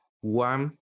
One